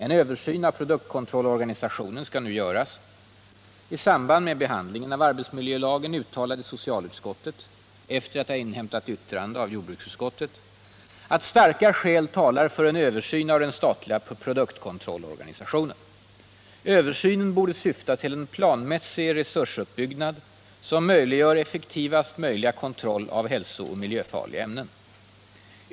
En översyn av produktkontrollorganisationen skall nu göras. I samband med behandlingen av arbetsmiljölagen uttalade socialutskottet, efter att ha inhämtat yttrande av jordbruksutskottet, att starka skäl talar för en översyn av den statliga produktkontrollorganisationen. Översynen borde syfta till en planmässig resursuppbyggnad som möjliggör effektivast möjliga kontroll av hälsooch miljöfarliga ämnen.